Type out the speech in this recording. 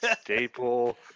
Staple